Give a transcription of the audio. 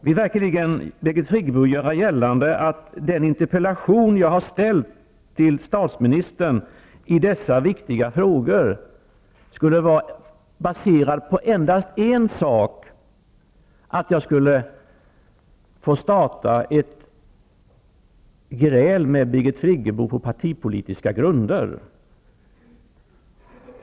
Vill verkligen Birgit Friggebo göra gällande att den interpellation jag har ställt till statsministern i dessa viktiga frågor skulle vara baserad på endast en sak, nämligen min önskan att starta ett gräl med Birgit Friggebo på partipolitiska grunder?